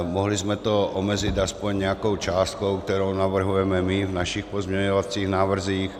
Mohli jsme to omezit aspoň nějakou částkou, kterou navrhujeme my v našich pozměňovacích návrzích.